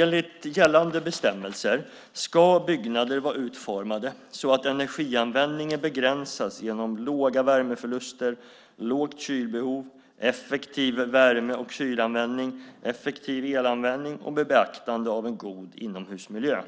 Enligt gällande bestämmelser ska byggnader vara utformade så att energianvändningen begränsas genom låga värmeförluster, lågt kylbehov, effektiv värme och kylanvändning, effektiv elanvändning och med beaktande av en god inomhusmiljö.